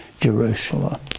Jerusalem